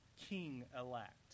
king-elect